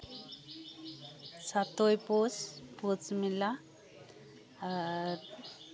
ᱥᱟᱛᱳᱭ ᱯᱳᱥ ᱯᱳᱥ ᱢᱮᱞᱟ ᱟᱨ